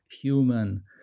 human